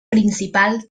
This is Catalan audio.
principal